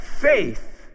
faith